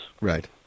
Right